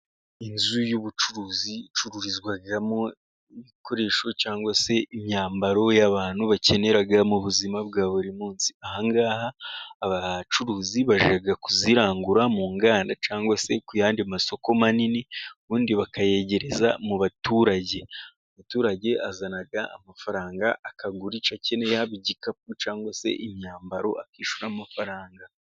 Inzu y'ubucuruzi icururizwamo ibikoresho cyangwa se imyambaro y'abantu bakenera mu buzima bwa buri munsi. Aha ngaha abacuruzi bajya kuyirangura mu nganda cyangwa se ku yandi masoko manini ubundi bakayegereza mu baturage. Umuturage azana amafaranga akagura icyo akeneye yaba igikapu cyangwa se imyambaro akishyura amafaranga.